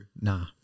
Nah